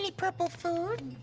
purple food.